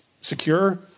secure